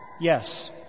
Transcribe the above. Yes